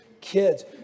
kids